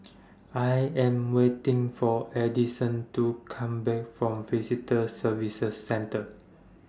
I Am waiting For Adison to Come Back from Visitor Services Centre